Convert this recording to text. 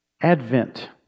Advent